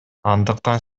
андыктан